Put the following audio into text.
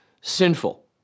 sinful